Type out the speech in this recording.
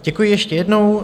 Děkuji ještě jednou.